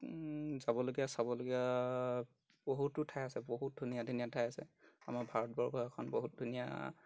যাবলগীয়া চাবলগীয়া বহুতো ঠাই আছে বহুত ধুনীয়া ধুনীয়া ঠাই আছে আমাৰ ভাৰতবৰ্ষ এখন বহুত ধুনীয়া